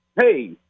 Hey